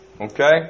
Okay